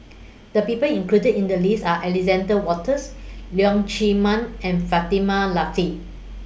The People included in The list Are Alexander Wolters Leong Chee Mun and Fatimah Lateef